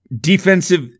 defensive